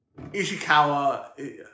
Ishikawa